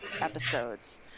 episodes